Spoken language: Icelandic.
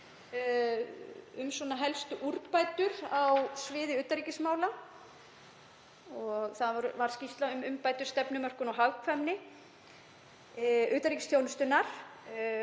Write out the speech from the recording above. um helstu úrbætur á sviði utanríkismála, skýrslu um umbætur, stefnumörkun og hagkvæmni utanríkisþjónustunnar.